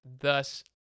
thus